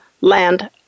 land